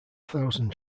thousand